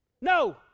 No